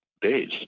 days